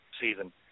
season